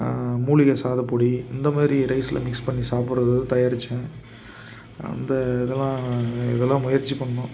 மூலிகை சாதப்பொடி இந்த மாதிரி ரைஸ்ல மிக்ஸ் பண்ணி சாப்பிட்றது தயாரித்தோம் அந்த இதெல்லாம் இதெல்லாம் முயற்சி பண்ணோம்